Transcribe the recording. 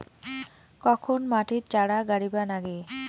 কখন মাটিত চারা গাড়িবা নাগে?